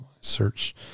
Search